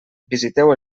visiteu